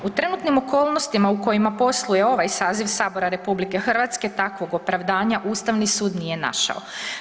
U trenutnim okolnostima u kojima posluje ova saziv Sabora RH takvog opravdanja Ustavni sud nije našao.